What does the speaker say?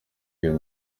iyo